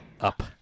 Up